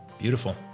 Beautiful